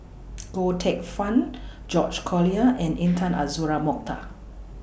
Goh Teck Phuan George Collyer and Intan Azura Mokhtar